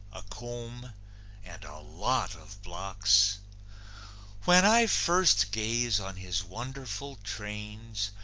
a comb and a lot of blocks when i first gaze on his wonderful trains,